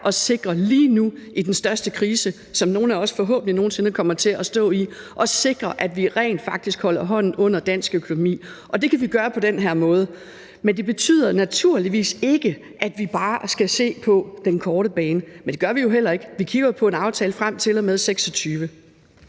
at sikre, at vi i den største krise, som vi forhåbentlig nogen sinde kommer til at stå i, rent faktisk holder hånden under dansk økonomi. Det kan vi gøre på den her måde. Det betyder naturligvis ikke, at vi bare skal se på den korte bane, men det gør vi jo heller ikke. Vi kigger jo på en aftale frem til og med 2026.